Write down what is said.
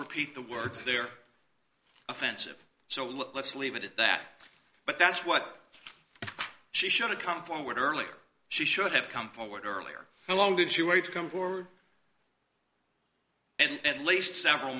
repeat the words they're offensive so let's leave it at that but that's what she should have come forward earlier she should have come forward earlier how long did she wait to come forward and least several